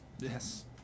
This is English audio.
Yes